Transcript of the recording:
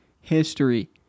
history